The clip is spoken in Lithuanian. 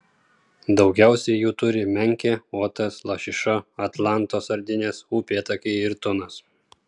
daugiausiai jų turi menkė uotas lašiša atlanto sardinės upėtakiai ir tunas